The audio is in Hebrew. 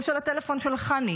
או של הטלפון של חני,